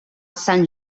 sant